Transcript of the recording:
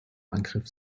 angriff